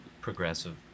progressive